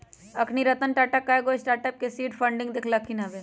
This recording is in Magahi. अखनी रतन टाटा कयगो स्टार्टअप के सीड फंडिंग देलखिन्ह हबे